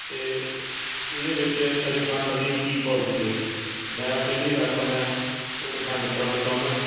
ਅਤੇ ਇਹਦੇ ਵਿੱਚ ਰਿਫੰਡ ਦੀ ਕੀ ਪੋਲਿਸੀ ਹੈ ਮੈਂ ਆਪਣੀ ਜਿਹੜੀ ਰਕਮ ਹੈ ਉਹ ਰਿਫੰਡ ਕਰਵਾਉਣਾ ਚਾਹੁੰਦਾ ਹੈ